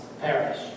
perish